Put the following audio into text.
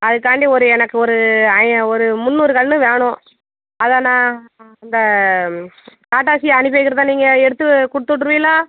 அதற்காண்டி ஒரு எனக்கு ஒரு ஐ ஒரு முன்னூறு கன்று வேணும் அதை நான் அந்த டாடாயேசி அனுப்பி வைக்கிறதா நீங்கள் எடுத்து கொடுத்து விட்ருவியலா